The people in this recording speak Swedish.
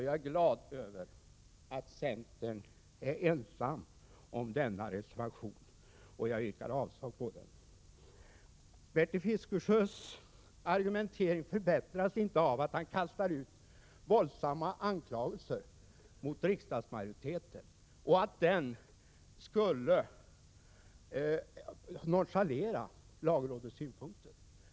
Jag är glad över att centern är ensam om denna reservation. Jag yrkar avslag på den reservationen. Bertil Fiskesjös argumentering förbättras inte av att han kastar ut våldsamma anklagelser mot riksdagsmajoriteten om att den skulle nonchalera lagrådets synpunkter.